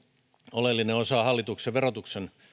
oleellinen osa hallituksen verotuksen